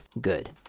good